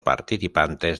participantes